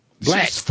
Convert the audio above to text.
Black